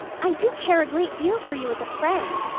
i do care a great deal for you as a friend.